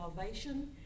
salvation